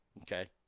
Okay